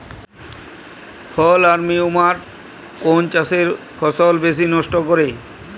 ফল armyworm কোন চাষের ফসল বেশি নষ্ট করে?